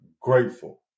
grateful